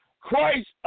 Christ